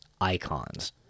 icons